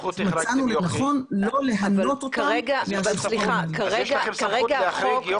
אז יש לכם סמכות להחריג, יוכי?